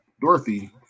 Dorothy